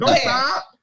stop